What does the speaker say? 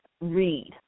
read